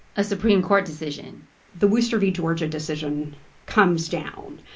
a supreme court decision the worcester v. georgia decision comes down,